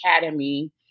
academy